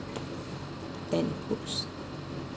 than books